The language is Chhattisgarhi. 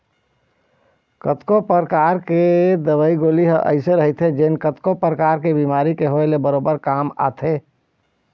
कतको परकार के दवई गोली ह अइसे रहिथे जेन कतको परकार के बेमारी के होय ले बरोबर काम आथे